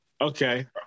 Okay